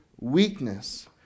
weakness